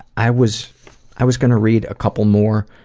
i was i was gonna read a couple more